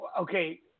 okay